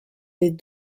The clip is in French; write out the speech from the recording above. les